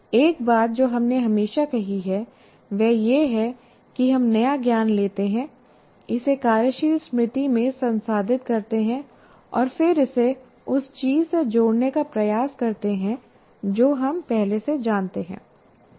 एक बात जो हमने हमेशा कही है वह यह है कि हम नया ज्ञान लेते हैं इसे कार्यशील स्मृति में संसाधित करते हैं और फिर इसे उस चीज़ से जोड़ने का प्रयास करते हैं जो हम पहले से जानते थे